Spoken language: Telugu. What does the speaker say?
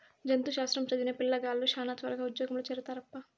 జంతు శాస్త్రం చదివిన పిల్లగాలులు శానా త్వరగా ఉజ్జోగంలో చేరతారప్పా